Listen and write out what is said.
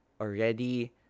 Already